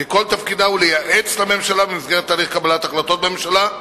כי כל תפקידה הוא לייעץ לממשלה במסגרת תהליך קבלת החלטות בממשלה,